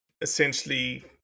essentially